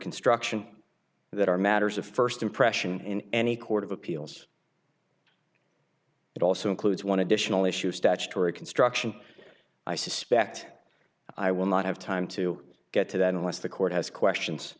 construction that are matters of first impression in any court of appeals it also includes one additional issue statutory construction i suspect i will not have time to get to that unless the court has questions